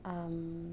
um